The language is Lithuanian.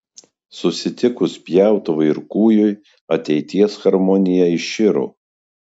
susitikus pjautuvui ir kūjui ateities harmonija iširo